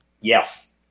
yes